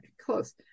close